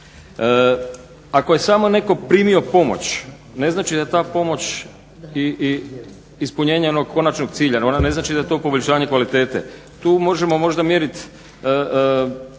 Ako je samo netko primio pomoć ne znači da ta pomoć i ispunjenje onog konačnog cilja, ona ne znači da je to poboljšanje kvalitete. Tu možemo možda mjeriti